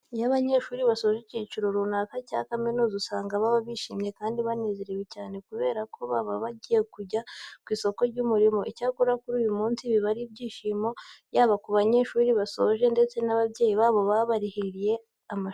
Iyo abanyeshuri basoje icyiciro runaka cya kaminuza usanga baba bishimye kandi banezerewe cyane, kubera ko baba bagiye kujya ku isoko ry'umurimo. Icyakora kuri uyu munsi biba ari ibyishimo, yaba ku banyeshuri basoje ndetse n'ababyeyi babo baba barabarihiye amashuri.